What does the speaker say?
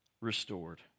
Restored